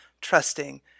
trusting